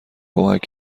کمک